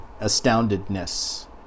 astoundedness